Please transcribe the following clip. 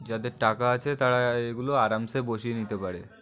যাদের টাকা আছে তারা এইগুলো আরামসে বসিয়ে নিতে পারে